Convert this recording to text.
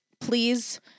please